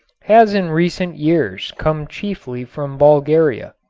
has in recent years come chiefly from bulgaria.